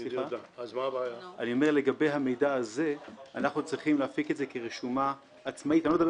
את המידע הזה אנחנו צריכים להפיק כרשומה עצמאית אני לא מדבר